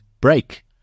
break